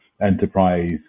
enterprise